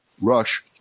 Rush